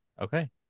Okay